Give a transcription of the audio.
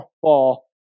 fall